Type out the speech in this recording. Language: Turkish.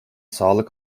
sağlık